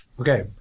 Okay